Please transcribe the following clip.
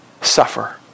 suffer